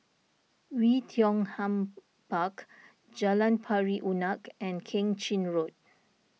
Oei Tiong Ham Park Jalan Pari Unak and Keng Chin Road